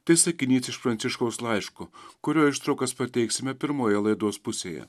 tai sakinys iš pranciškaus laiško kurio ištraukas pateiksime pirmoje laidos pusėje